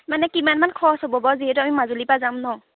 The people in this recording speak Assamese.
মানে কিমানমান খৰচ হ'ব বাৰু যিহেতু আমি মাজুলীৰপৰা যাম ন